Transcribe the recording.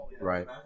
Right